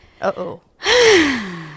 Uh-oh